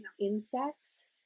insects